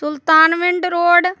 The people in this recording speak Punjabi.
ਸੁਲਤਾਨਵਿੰਡ ਰੋਡ